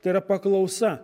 tai yra paklausa